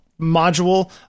module